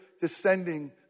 descending